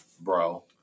bro